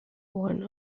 one